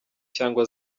cyangwa